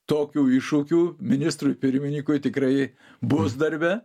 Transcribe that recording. tokių iššūkių ministrui pirminykui tikrai bus darbe